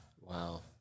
Wow